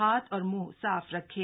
हाथ और मुंह साफ रखें